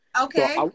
Okay